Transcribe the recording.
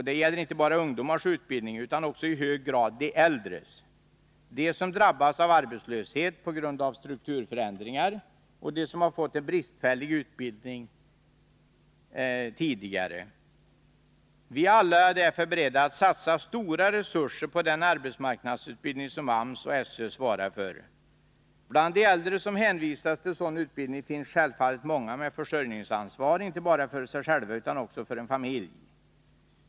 Det gäller inte bara ungdomars utbildning utan också i hög grad de äldres, det gäller dem som drabbas av arbetslöshet på grund av strukturförändringar och dem som har fått en bristfällig utbildning tidigare. Vi är alla beredda att satsa stora resurser på den arbetsmarknadsutbildning som AMS och SÖ svarar för. Bland de äldre som hänvisas till sådan utbildning finns det självfallet många som har försörjningsansvar, inte bara för sig själva utan också för en familj.